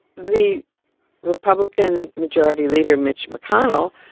the republican majority leader, mitch mcconnell,